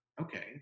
okay